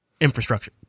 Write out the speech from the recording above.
infrastructure